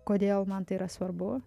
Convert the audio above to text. kodėl man tai yra svarbu